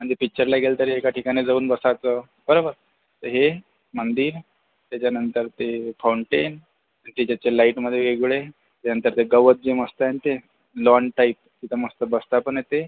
म्हणजे पिक्चरला गेलं तरी एका ठिकाणी जाऊन बसायचं बरोबर तर हे मंदिर त्याच्यानंतर ते फाऊंटेन ते त्याच्या लाईटमध्ये वेगळे त्यानंतर ते गवत जे मस्त आहे ना ते लॉन टाईप तिथं मस्त बसता पण येते